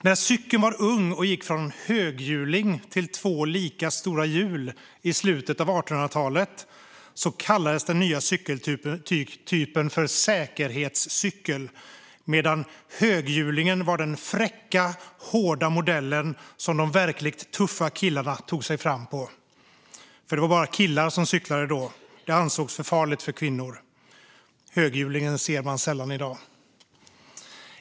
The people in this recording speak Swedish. När cykeln var ung och gick från höghjuling till två lika stora hjul i slutet av 1800-talet kallades den nya cykeltypen för säkerhetscykel, medan höghjulingen var den fräcka, hårda modell som de verkligt tuffa killarna tog sig fram på. Det var nämligen bara killar som cyklade då; det ansågs för farligt för kvinnor. Höghjulingen ser man sällan i dag.